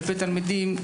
כלפי תלמידים,